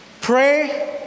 pray